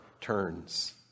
turns